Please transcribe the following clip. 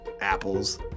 apples